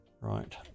Right